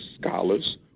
scholars